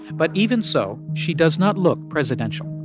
but even so, she does not look presidential,